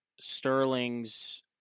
Sterling's